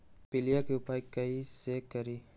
पीलिया के उपाय कई से करी?